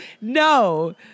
No